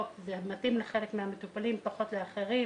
וזה מתאים לחלק מהמטופלים ופחות לחלק